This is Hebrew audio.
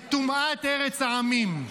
את טומאת ארץ העמים.